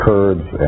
Kurds